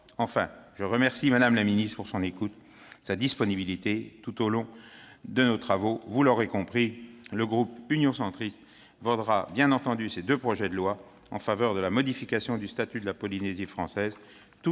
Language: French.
Enfin, je remercie Mme la ministre de son écoute et sa disponibilité tout au long de nos travaux. Vous l'aurez compris, mes chers collègues, le groupe Union Centriste votera bien entendu ces deux projets de loi en faveur de la modification du statut de la Polynésie française,